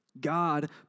God